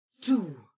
two